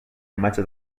imatge